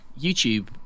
YouTube